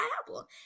apple